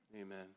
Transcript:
Amen